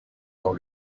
dans